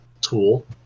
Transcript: tool